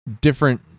Different